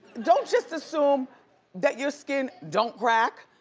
don't just assume that your skin don't crack.